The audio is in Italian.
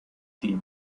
team